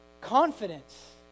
Confidence